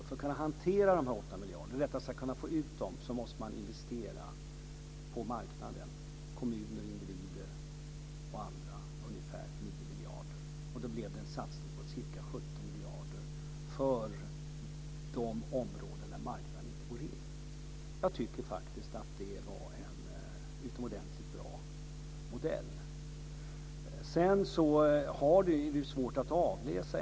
För att få ut dessa 8 miljarder måste kommuner, individer och andra intressenter på marknaden investera ungefär 9 miljarder. Det innebar en satsning på ca 17 miljarder på de områden där marknaden inte går in. Jag tycker faktiskt att det var en utomordentligt bra modell. Resultatet av detta är ännu svårt att avläsa.